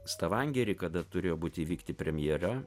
stavangery kada turėjo būti įvykti premjera